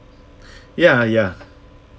ya ya